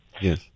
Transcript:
Yes